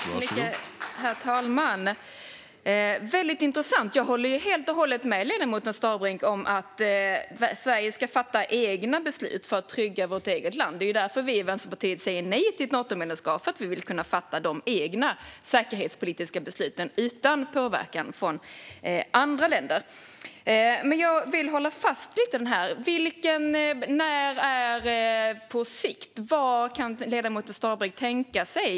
Herr talman! Det är väldigt intressant. Jag håller helt och hållet med ledamoten Starbrink om att vi i Sverige ska fatta våra egna beslut för att trygga vårt eget land. Det är ju därför vi i Vänsterpartiet säger nej till ett Natomedlemskap - för att vi vill att Sverige ska kunna fatta sina egna säkerhetspolitiska beslut utan påverkan från andra länder. Jag vill dock ändå hålla fast lite vid detta. När är "på sikt"? Vad kan ledamoten Starbrink tänka sig?